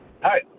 Hi